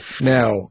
Now